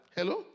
Hello